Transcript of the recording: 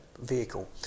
vehicle